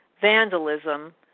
vandalism